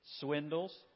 swindles